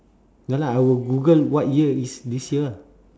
ya lah I will google what year is this year ah